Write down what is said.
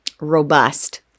robust